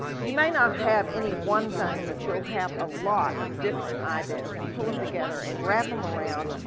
you may not have any one thing, but you'll have a lot of different ideas, and pull em together and wrap em around,